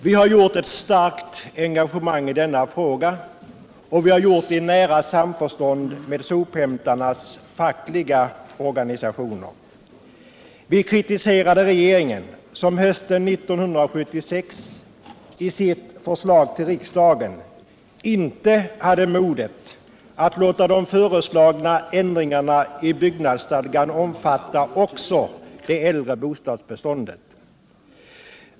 Vi har engagerat oss starkt i denna fråga, och vi har gjort det i nära samförstånd med sophämtarnas fackliga organisationer. Vi kritiserade regeringen som hösten 1976 i sitt förslag till riksdagen inte hade modet att låta de föreslagna ändringarna i byggnadsstadgan omfatta också det äldre bostadsbeståndet.